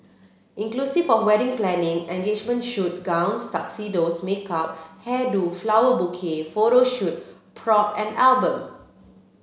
inclusive of wedding planning engagement shoot gowns tuxedos makeup hair do flower bouquet photo shoot prop and album